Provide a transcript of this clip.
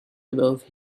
above